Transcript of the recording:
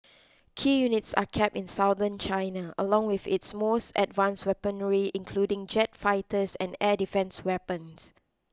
key units are kept in Southern China along with its most advanced weaponry including jet fighters and air defence weapons